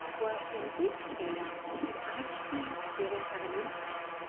well in this case, it actually didn't have an impact.